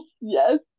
yes